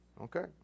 Okay